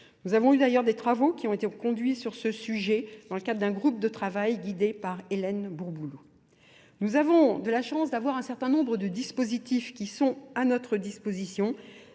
Nous avons eu d'ailleurs des travaux qui ont été conduits sur ce sujet dans le cadre d'un groupe de travail guidé par Hélène Bourboulou. Nous avons de la chance d'avoir un certain nombre de dispositifs qui sont à notre disposition